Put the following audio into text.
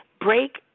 break